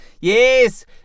Yes